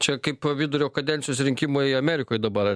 čia kaip vidurio kadencijos rinkimai amerikoj dabar